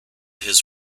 his